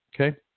Okay